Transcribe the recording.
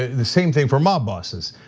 the same thing for mob bosses.